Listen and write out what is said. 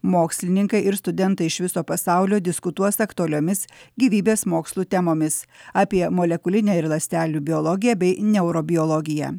mokslininkai ir studentai iš viso pasaulio diskutuos aktualiomis gyvybės mokslų temomis apie molekulinę ir ląstelių biologiją bei neurobiologiją